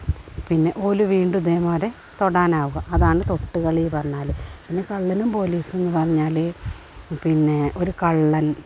പിന്നെ ഓല് വീണ്ടും ഇതേപോലെ തൊടാനാകുക അതാണ് തൊട്ടു കളീ പറഞ്ഞാൽ പിന്നെ കള്ളനും പോലീസും പറഞ്ഞാൽ പിന്നെ ഒരു കള്ളൻ